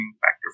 factor